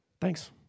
thanks